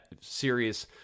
serious